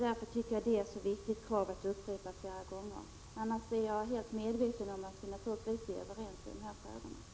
Därför tycker jag att det är ett krav som det är viktigt att upprepa flera gånger. Annars är jag helt medveten om att vi naturligtvis är överens i dessa frågor.